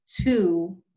two